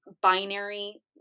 binary